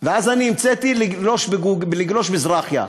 ואז אני המצאתי: לגלוש בזרחיה.